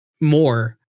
more